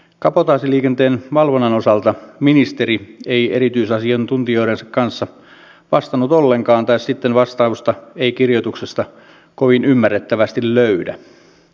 kabotaasiliikenteen valvonnan osalta ministeri ei erityisasiantuntijoidensa kanssa vastannut ollenkaan tai sitten vastausta ei kirjoituksesta kovin ymmärrettävästi löydä